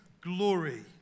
glory